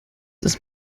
ist